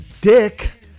dick